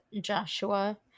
Joshua